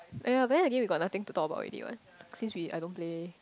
oh ya but then again we got nothing to talk about what since we I don't play